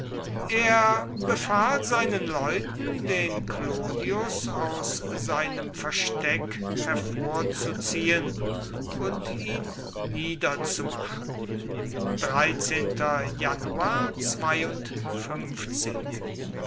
er befahl seinen leuten den clodius aus seinem versteck hervorzuziehen und ihn niederzumachen